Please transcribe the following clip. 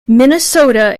minnesota